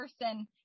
person